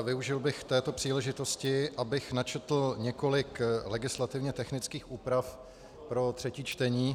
Využil bych této příležitosti, abych načetl několik legislativně technických úprav pro třetí čtení.